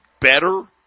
Better